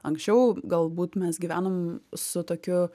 anksčiau galbūt mes gyvenom su tokiu